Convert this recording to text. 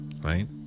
right